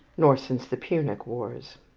nor since the punic wars.